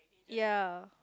ya